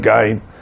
again